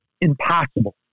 impossible